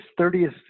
30th